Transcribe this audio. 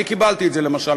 אני קיבלתי את זה, למשל.